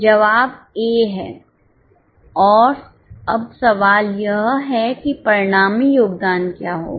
जवाब A है और अब सवाल यह है कि परिणामी योगदान क्या होगा